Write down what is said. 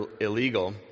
illegal